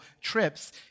trips